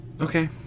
okay